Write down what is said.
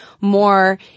more